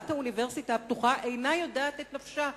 והנהלת האוניברסיטה הפתוחה אינה יודעת את נפשה,